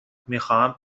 میخواهند